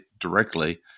directly